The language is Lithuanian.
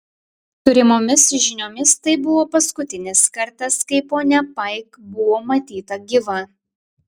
turimomis žiniomis tai buvo paskutinis kartas kai ponia paik buvo matyta gyva